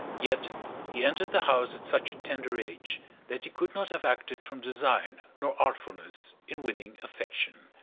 yet he entered the house at such a tender age that he could not have acted from design nor artfulness in winning affection.